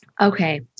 Okay